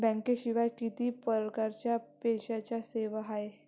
बँकेशिवाय किती परकारच्या पैशांच्या सेवा हाय?